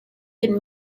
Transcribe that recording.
could